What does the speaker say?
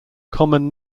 common